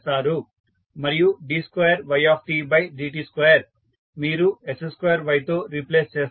మరియు d2y dt2 మీరు s2Yతో రీప్లేస్ చేస్తారు